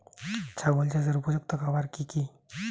ছাগল চাষের উপযুক্ত খাবার কি কি?